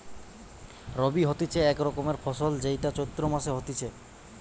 রবি হতিছে এক রকমের ফসল যেইটা চৈত্র মাসে হতিছে